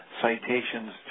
citations